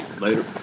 Later